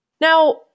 Now